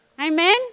Amen